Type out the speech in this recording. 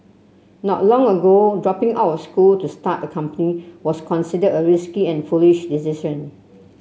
not long ago dropping out of school to start a company was considered a risky and foolish decision